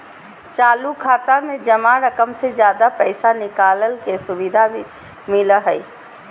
चालू खाता में जमा रकम से ज्यादा पैसा निकालय के सुविधा भी मिलय हइ